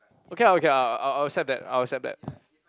okay lah okay lah I I will accept that I will accept that